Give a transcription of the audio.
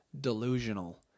delusional